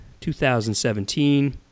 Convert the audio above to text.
2017